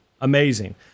amazing